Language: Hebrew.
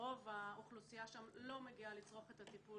רוב האוכלוסייה שם לא מגיעה לצרוך את הטיפול